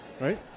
right